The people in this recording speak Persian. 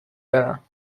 دارم